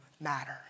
matter